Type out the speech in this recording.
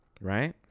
right